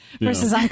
Versus